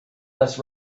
less